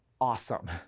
awesome